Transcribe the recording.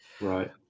Right